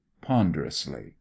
ponderously